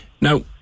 Now